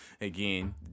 again